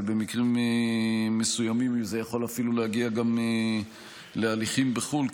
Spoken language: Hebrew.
ובמקרים מסוימים זה יכול אפילו להגיע גם להליכים בחו"ל,